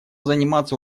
заниматься